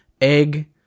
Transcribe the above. egg